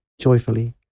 joyfully